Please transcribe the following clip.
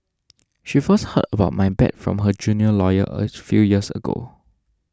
she first heard about my bad from her junior lawyer a few years ago